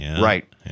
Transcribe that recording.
Right